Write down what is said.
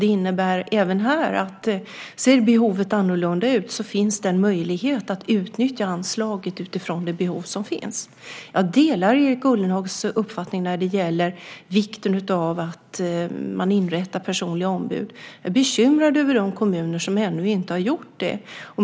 Det innebär även här att om behovet ser annorlunda ut finns det en möjlighet att utnyttja anslaget utifrån det behov som finns. Jag delar Erik Ullenhags uppfattning när det gäller vikten av att inrätta personliga ombud. Jag är bekymrad över de kommuner som ännu inte har gjort det.